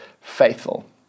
faithful